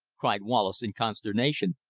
cried wallace in consternation.